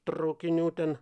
traukinių ten